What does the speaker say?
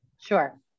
sure